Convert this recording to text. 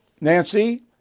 Nancy